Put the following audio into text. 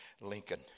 Lincoln